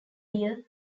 dear